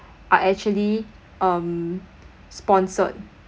are actually um sponsored